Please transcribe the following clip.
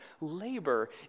labor